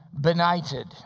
benighted